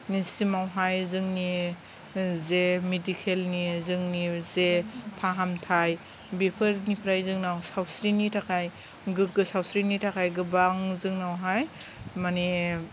नि सिमावहाय जोंनि जे मेडिकेल नि जोंनि जे फाहामथाइ बेफोरनिफ्राय जोंनाव सावस्रिनि थाखाय गोग्गो सावस्रिनि थाखाय गोबां जोंनावहाय माने